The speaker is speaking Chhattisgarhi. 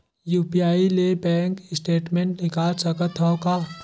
यू.पी.आई ले बैंक स्टेटमेंट निकाल सकत हवं का?